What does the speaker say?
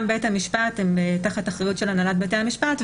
בית המשפט הם תחת האחריות של הנהלת בתי המשפט,